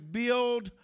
build